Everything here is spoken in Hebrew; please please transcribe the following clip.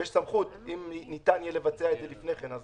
ויש סמכות אם ניתן יהיה לבצע את זה לפני כן אז